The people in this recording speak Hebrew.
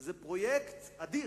זה פרויקט אדיר.